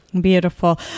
Beautiful